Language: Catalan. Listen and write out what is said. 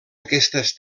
aquestes